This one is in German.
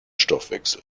stoffwechsel